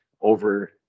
over